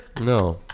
No